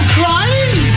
crying